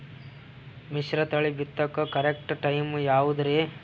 ಮಿಶ್ರತಳಿ ಬಿತ್ತಕು correct time ಯಾವುದರಿ?